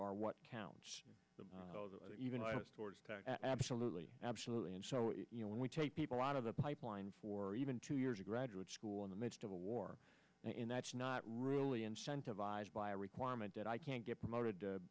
are what counts towards that absolutely absolutely and so you know when we take people out of the pipeline for even two years of graduate school in the midst of a war and that's not really incentivized by a requirement that i can't get promoted